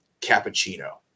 cappuccino